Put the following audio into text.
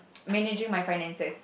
managing my finances